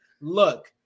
Look